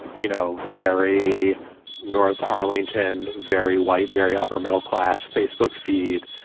you know, very north arlington, very white, very upper middle class facebook feed.